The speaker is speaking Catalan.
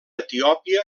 etiòpia